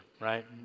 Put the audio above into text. right